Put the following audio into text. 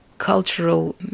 cultural